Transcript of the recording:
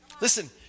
Listen